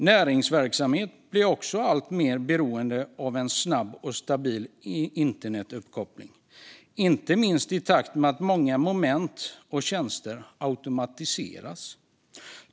Näringsverksamhet blir också alltmer beroende av en snabb och stabil internetuppkoppling, inte minst i takt med att många moment och tjänster automatiseras.